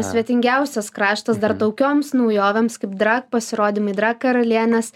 svetingiausias kraštas dar tokioms naujovėms kaip drag pasirodymai drag karalienės